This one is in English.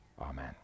Amen